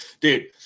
dude